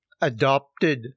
adopted